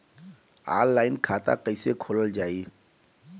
Online खाता कईसे खोलल जाई?